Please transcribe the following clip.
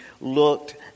looked